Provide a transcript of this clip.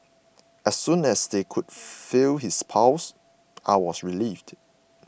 as soon as they could feel his pulse I was relieved